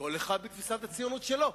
כל אחד בתפיסת הציונות שלו.